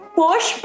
push